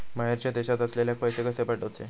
बाहेरच्या देशात असलेल्याक पैसे कसे पाठवचे?